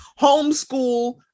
Homeschool